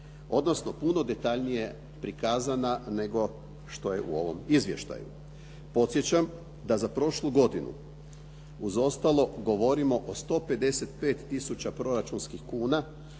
odnosno puno detaljnije prikazana nego što je u ovom izvještaju. Podsjećam da za prošlu godinu uz ostalo govorimo o 155 tisuća proračunskih kuna